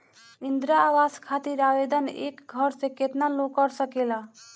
इंद्रा आवास खातिर आवेदन एक घर से केतना लोग कर सकेला?